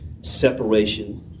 separation